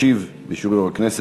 ישיב לו על השאילתה הזאת,